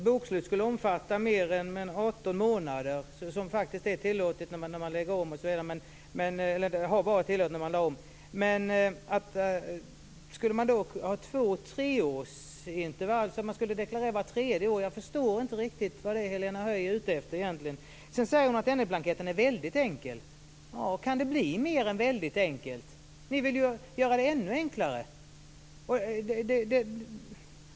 Herr talman! Menar Helena Höij att ett bokslut skulle omfatta mer än 18 månader? Det har ju faktiskt varit tillåtet när man lade om. Skulle man ha två tre års intervall och deklarera vart tredje år? Jag förstår inte riktigt vad det är Helena Höij är ute efter egentligen. Sedan säger hon att N1-blanketten är väldigt enkel. Kan det bli mer än väldigt enkelt? Ni vill ju göra det ännu enklare.